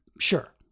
sure